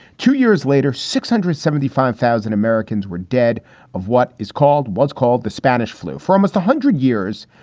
two years later, six hundred seventy five thousand americans were dead of what is called what's called the spanish flu for almost a hundred years.